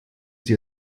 sie